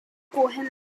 cohen